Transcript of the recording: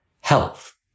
health